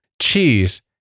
Cheese